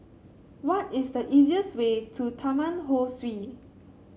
what is the easiest way to Taman Ho Swee